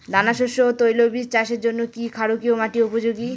দানাশস্য ও তৈলবীজ চাষের জন্য কি ক্ষারকীয় মাটি উপযোগী?